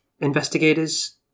investigators